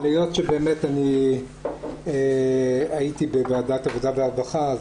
אבל היות שבאמת אני הייתי בוועדת העבודה והרווחה,